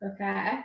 Okay